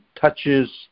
touches